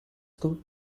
school